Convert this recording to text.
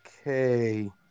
Okay